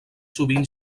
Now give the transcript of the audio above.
sovint